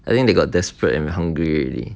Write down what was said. I think they got desperate and hungry already